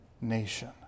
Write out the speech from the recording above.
nation